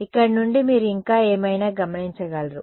ఇక్కడ నుండి మీరు ఇంకా ఏమైనా గమనించగలరు